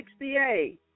68